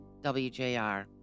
WJR